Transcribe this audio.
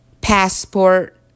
passport